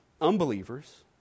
unbelievers